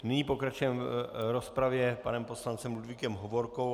Nyní pokračujeme v rozpravě panem poslancem Ludvíkem Hovorkou.